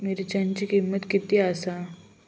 मिरच्यांची किंमत किती आसा?